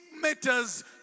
matters